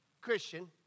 Christian